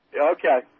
Okay